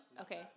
Okay